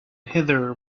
heather